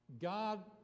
God